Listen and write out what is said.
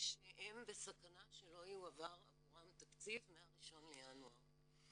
שהם בסכנה שלא יועבר עבורם תקציב מה-1 לינואר.